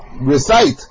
recite